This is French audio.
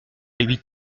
huit